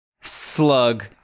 slug